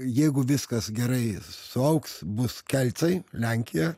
jeigu viskas gerai suaugs bus kelcai lenkija